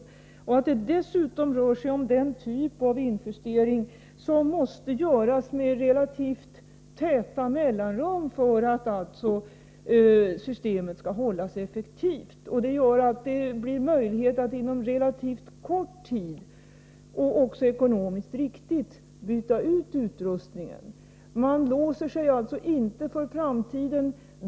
Dessutom rör det sig om den typ av injustering som måste göras med relativt täta mellanrum för att systemet skall hållas effektivt. Det gör att det blir möjligt att inom relativt kort tid och på ett ekonomiskt riktigt sätt byta ut utrustningen. Man låser sig alltså inte för framtiden.